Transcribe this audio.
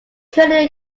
currently